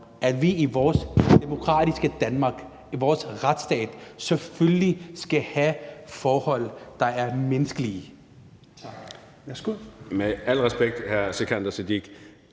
at vi i vores demokratiske Danmark, i vores retsstat, selvfølgelig skal have forhold, der er menneskelige?